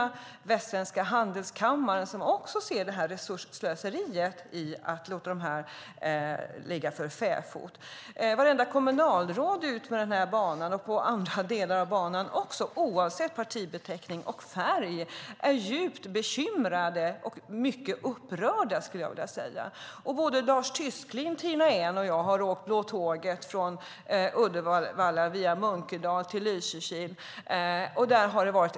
Också Västsvenska handelskammaren ser resursslöseriet med att låta banorna ligga för fäfot. Alla kommunalråd, oavsett partibeteckning och färg, är djupt bekymrade och mycket upprörda. Lars Tysklind, Tina Ehn och jag har åkt Blå tåget från Uddevalla via Munkedal till Lysekil.